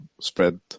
spread